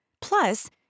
Plus